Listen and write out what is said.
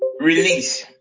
Release